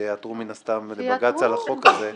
שיעתרו מן הסתם לבג"ץ על החוק הזה,